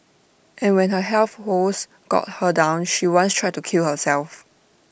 and when her health wo woes got her down she once tried to kill herself